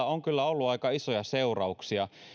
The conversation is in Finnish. on kyllä ollut aika isoja seurauksia